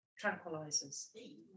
tranquilizers